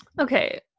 okay